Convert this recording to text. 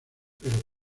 pero